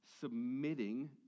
submitting